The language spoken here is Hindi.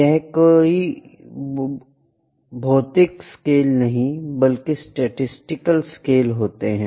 यह कोई भौतिक स्केल नहीं बल्कि स्टैटिसटिकल स्केल होते हैं